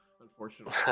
unfortunately